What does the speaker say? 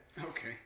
okay